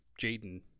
Jaden